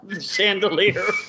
chandelier